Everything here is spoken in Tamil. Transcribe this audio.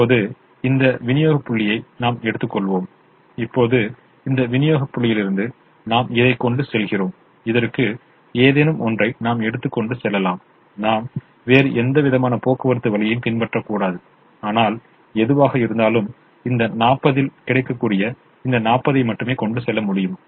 இப்போது இந்த விநியோக புள்ளியிலிருந்து நாம் இதைக் கொண்டு செல்கிறோம் இதற்கு ஏதேனும் ஒன்றை நாம் எடுத்து கொண்டு செல்லலாம் நாம் வேறு எந்த விதமான போக்குவரத்து வழியையும் பின்பற்றக்கூடாது ஆனால் எதுவாக இருந்தாலும் இந்த 40 இல் கிடைக்கக்கூடிய இந்த 40 ஐ மட்டுமே கொண்டு செல்ல முடியும்